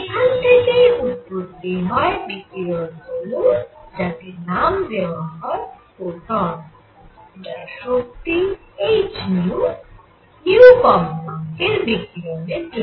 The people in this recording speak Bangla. সেখান থেকেই উৎপত্তি হয় বিকিরণ অণুর যাকে নাম দেওয়া হয় ফোটন যার শক্তি h কম্পাঙ্কের বিকিরণের জন্য